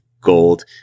gold